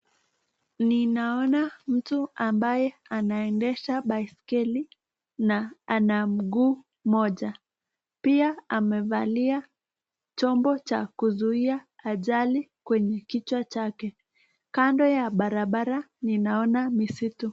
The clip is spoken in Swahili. Ninaona mtu ambaye anaendesha baiskeli na ana mguu mmoja. Pia amevalia chombo cha kuzuia ajali kwenye kichwa chake. Kando ya barabara ninaona misitu.